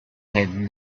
had